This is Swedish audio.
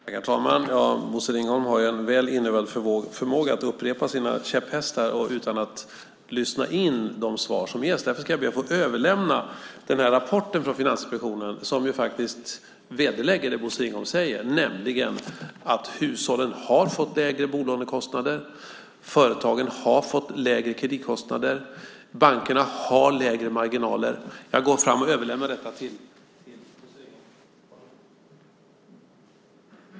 Herr talman! Bosse Ringholm har en väl inövad förmåga att upprepa sina käpphästar utan att lyssna in de svar som ges. Därför ska jag be att få överlämna den rapport från Finansinspektionen som vederlägger det Bosse Ringholm säger. Hushållen har fått lägre bolånekostnader. Företagen har fått lägre kreditkostnader. Bankerna har lägre marginaler. Jag går fram och överlämnar den till Bosse Ringholm. Varsågod.